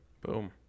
Boom